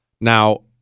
Now